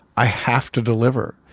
i have to deliver.